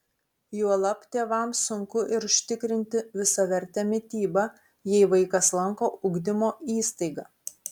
juolab tėvams sunku ir užtikrinti visavertę mitybą jei vaikas lanko ugdymo įstaigą